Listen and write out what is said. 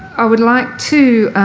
i would like to